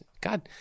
god